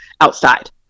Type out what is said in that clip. outside